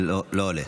לא, לא עולה,